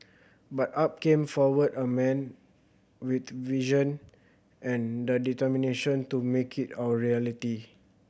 but up came forward a man with vision and the determination to make it our reality